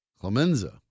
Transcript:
Clemenza